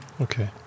Okay